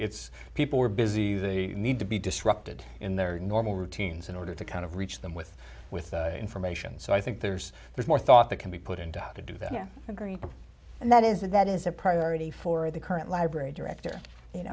it's people are busy they need to be disrupted in their normal routines in order to kind of reach them with with information so i think there's there's more thought that can be put into how to do that you agree and that is that is a priority for the current library director